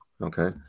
Okay